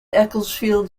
ecclesfield